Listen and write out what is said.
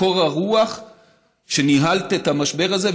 מקור הרוח שניהלת את המשבר הזה,